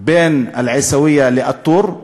בין אל-עיסאוויה לא-טור,